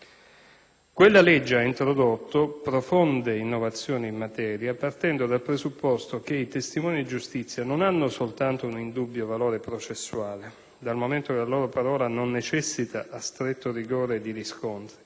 Quella legge ha introdotto profonde innovazioni in materia, partendo dal presupposto che i testimoni di giustizia non hanno soltanto un indubbio valore processuale, dal momento che la loro parola non necessita a stretto rigore di riscontri,